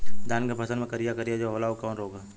धान के फसल मे करिया करिया जो होला ऊ कवन रोग ह?